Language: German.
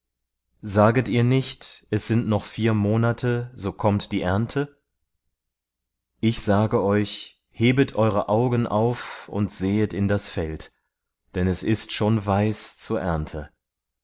saget ihr nicht es sind noch vier monate so kommt die ernte siehe ich sage euch hebet eure augen auf und sehet in das feld denn es ist schon weiß zur ernte